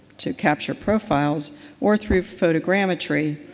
to capture profiles or through photogrammetry